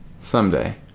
someday